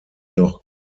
noch